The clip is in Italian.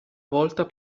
volta